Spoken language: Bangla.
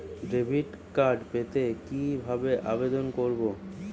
ডেবিট কার্ড পেতে কি ভাবে আবেদন করব?